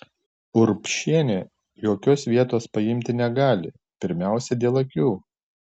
urbšienė jokios vietos paimti negali pirmiausia dėl akių